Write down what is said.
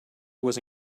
was